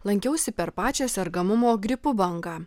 lankiausi per pačią sergamumo gripu bangą